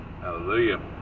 Hallelujah